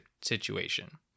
situation